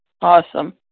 awesome